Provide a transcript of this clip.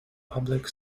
public